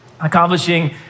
accomplishing